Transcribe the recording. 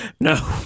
No